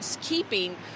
keeping